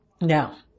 Now